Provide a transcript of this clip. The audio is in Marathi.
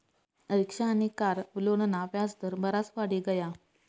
रिक्शा आनी कार लोनना व्याज दर बराज वाढी गया